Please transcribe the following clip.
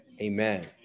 amen